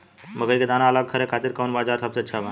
मकई के दाना अलग करे खातिर कौन औज़ार सबसे अच्छा बा?